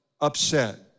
upset